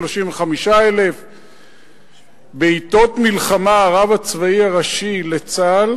35,000. בעתות מלחמה הרב הצבאי הראשי לצה"ל